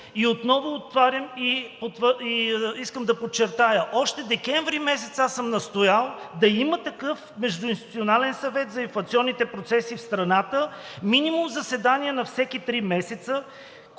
и искам да подчертая още месец декември, аз съм настоял да има такъв междуинституционален съвет за инфлационните процеси в страната, минимум заседания на всеки три месеца,